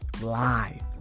Live